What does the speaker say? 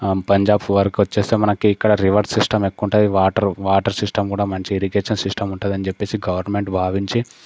పంజాబ్ వరకు వచ్చేసి మనకి ఇక్కడ రివర్స్ సిస్టం ఎక్కువ ఉంటుంది వాటర్ వాటర్ సిస్టం కూడా మంచి ఇరిగేషన్ సిస్టం ఉంటుందని చెప్పేసి గవర్నమెంట్ భావించి